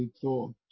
thought